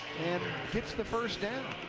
and gets the first down.